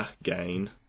again